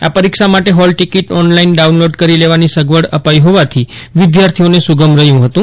આ પરીક્ષા માટે હોલ ટીકિટ ઓનલાઇન ડાઉનલોડ કરી લેવાની સગવડ અપાઈ હોવાથી વિદ્યાર્થીઓને સુગમ રહ્યું હતું